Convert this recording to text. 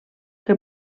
que